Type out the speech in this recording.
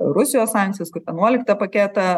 rusijos sankcijos kaip vienuoliktą paketą